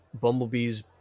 Bumblebee's